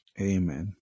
Amen